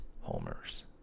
homers